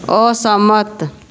असहमत